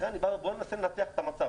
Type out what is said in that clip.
לכן אני בא ואומר: בואו ננסה לנתח את המצב.